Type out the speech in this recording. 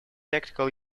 tactical